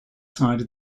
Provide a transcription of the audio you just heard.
side